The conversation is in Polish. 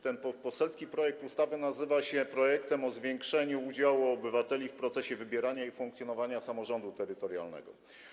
Ten poselski projekt ustawy nazywa się projektem o zwiększeniu udziału obywateli w procesie wybierania i funkcjonowania samorządu terytorialnego.